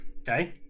Okay